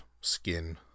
skin